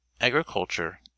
agriculture